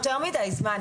זה יותר מדי זמן.